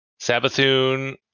Sabathun